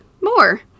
more